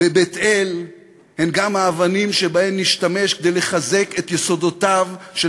בבית-אל הן גם האבנים שבהן נשתמש כדי לחזק את יסודותיו של